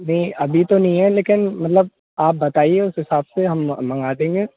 नहीं अभी तो नहीं है लेकिन मतलब आप बताइये उस हिसाब से हम मँगा देंगे